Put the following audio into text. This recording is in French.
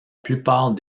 plupart